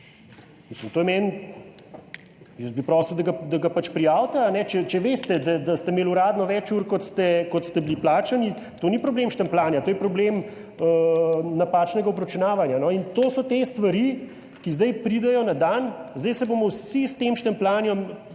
Mislim, to je meni … Jaz bi prosil, da ga pač prijavite, če veste, da ste imeli uradno več ur, kot ste bili plačani. To ni problem štempljanja, to je problem napačnega obračunavanja. In to so te stvari, ki zdaj pridejo na dan. Zdaj se bomo vsi s tem štempljanjem,